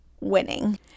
winning